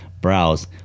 browse